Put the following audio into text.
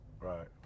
right